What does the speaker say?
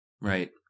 right